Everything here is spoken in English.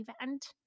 event